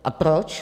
A proč?